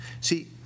See